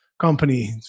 company